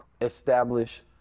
establish